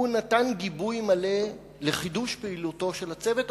הוא נתן גיבוי מלא לחידוש פעילותו של הצוות,